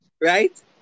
right